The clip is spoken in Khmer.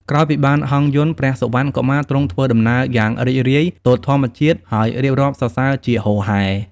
ក្រោយពីបានហង្សយន្ត ព្រះសុវណ្ណកុមារទ្រង់ធ្វើដំណើរយ៉ាងរីករាយ ទតធម្មជាតិ ហើយរៀបរាប់សរសើរជាហូរហែ។